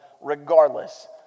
regardless